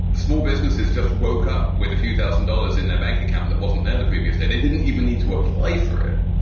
small businesses just woke up with a few thousand dollars in their bank account that wasn't near the previous day. they didn't even need to apply for it.